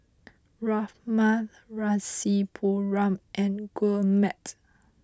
Ramnath Rasipuram and Gurmeet